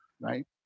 right